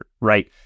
Right